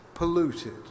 Polluted